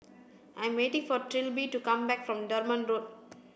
I'm waiting for Trilby to come back from Durban Road